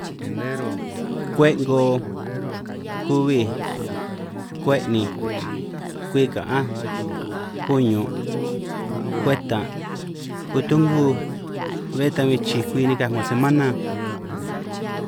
Kwen'ngo, kuhuij, kweninj, kwika'anj kuñun', kwetan', kutungu, be tan bin chij kwi nikaj 'ngo semana.